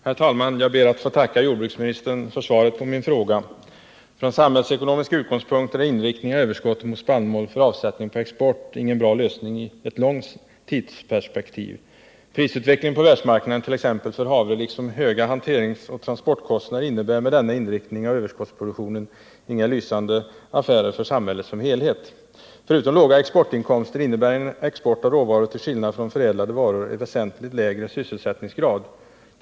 Herr talman! Jag ber att få tacka jordbruksministern för svaret på min fråga. Från samhällsekonomiska utgångspunkter är inriktningen mot avsättning på export av överskottet av spannmål ingen bra lösning i ett långt tidsperspektiv. Prisutvecklingen på världsmarknaden, t.ex. för havre, liksom höga hanteringsoch transportkostnader innebär med denna inriktning av överskottsproduktionen inga lysande affärer för samhället som helhet. Förutom låga exportinkomster innebär en export av råvaror en väsentligt lägre sysselsättningsgrad än export av förädlade varor.